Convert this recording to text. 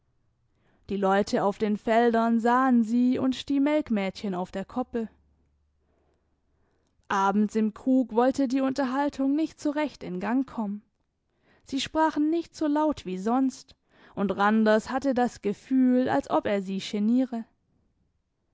die leute auf den feldern sahen sie und die melkmädchen auf der koppel abends im krug wollte die unterhaltung nicht so recht in gang kommen sie sprachen nicht so laut wie sonst und randers hatte das gefühl als ob er sie